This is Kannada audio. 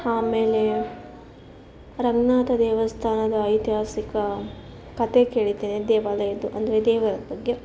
ಆಮೇಲೆ ರಂಗನಾಥ ದೇವಸ್ಥಾನದ ಐತಿಹಾಸಿಕ ಕಥೆ ಕೇಳಿದ್ದೇನೆ ದೇವಾಲಯದ್ದು ಅಂದರೆ ದೇವರ ಬಗ್ಗೆ